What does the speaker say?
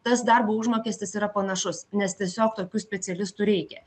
tas darbo užmokestis yra panašus nes tiesiog tokių specialistų reikia